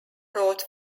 wrote